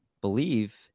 believe